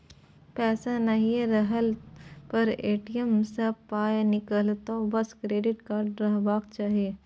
पैसा नहियो रहला पर ए.टी.एम सँ पाय निकलतौ बस क्रेडिट कार्ड रहबाक चाही